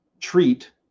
treat